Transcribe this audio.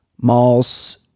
malls